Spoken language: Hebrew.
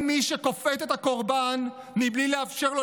האם מי שכופת את הקורבן בלי לאפשר לו